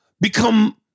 become